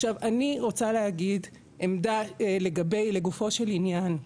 אני רוצה להגיד עמדה לגופו של עניין,